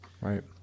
Right